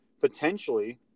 potentially